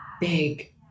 big